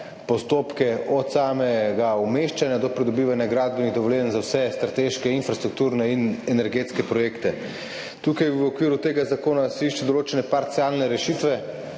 postopke od samega umeščanja do pridobivanja gradbenih dovoljenj za vse strateške infrastrukturne in energetske projekte. Tukaj v okviru tega zakona se išče določene parcialne rešitve,